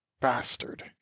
bastard